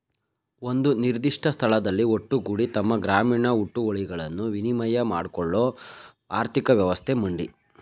ಒಂದು ನಿರ್ದಿಷ್ಟ ಸ್ಥಳದಲ್ಲಿ ಒಟ್ಟುಗೂಡಿ ತಮ್ಮ ಗ್ರಾಮೀಣ ಹುಟ್ಟುವಳಿಗಳನ್ನು ವಿನಿಮಯ ಮಾಡ್ಕೊಳ್ಳೋ ಆರ್ಥಿಕ ವ್ಯವಸ್ಥೆ ಮಂಡಿ